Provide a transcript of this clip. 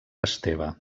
esteve